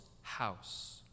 house